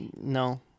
No